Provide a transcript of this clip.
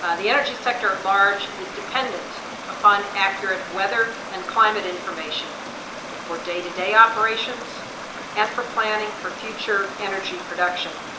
ah the energy sector at large is dependent upon accurate weather and climate information for day-to-day operations and for planning for future energy production.